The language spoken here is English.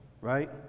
right